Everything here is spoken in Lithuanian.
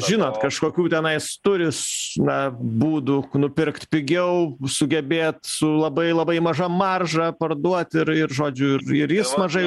žinot kažkokių tenais turi s na būdų nupirkt pigiau sugebėt su labai labai maža marža parduot ir ir žodžiu ir ir jis mažai